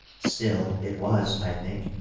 still, it was, i think,